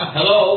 Hello